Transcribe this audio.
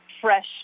fresh